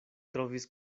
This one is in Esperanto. trovis